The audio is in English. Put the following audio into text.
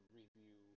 review